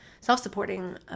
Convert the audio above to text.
self-supporting